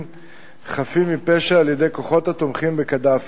חפים מפשע על-ידי כוחות התומכים בקדאפי.